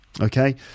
okay